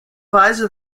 weise